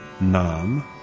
nam